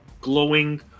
glowing